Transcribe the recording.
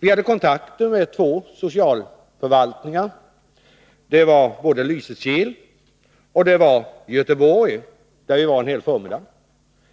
Vi hade kontakter med två socialförvaltningar, socialförvaltningarna i Lysekil och Göteborg, där vi var en hel förmiddag.